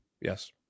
Yes